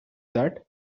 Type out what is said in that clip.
that